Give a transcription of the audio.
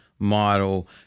Model